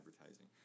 advertising